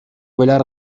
belar